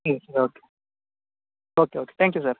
ಹ್ಞೂ sir okay okay okay thank you sir